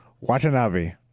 Watanabe